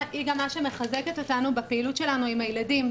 היא גם מה שמחזקת אותנו בפעילות שלנו עם הילדים,